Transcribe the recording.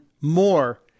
more